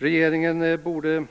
Regeringen borde